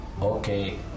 Okay